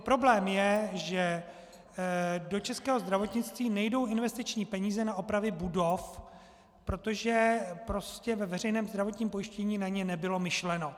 Problém je, že do českého zdravotnictví nejdou investiční peníze na opravy budov, protože vlastně ve veřejném zdravotním pojištění na ně nebylo myšleno.